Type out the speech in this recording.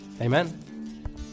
Amen